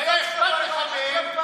אם היה אכפת לך מהם,